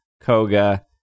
Koga